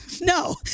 no